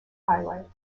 highlight